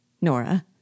Nora